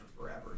forever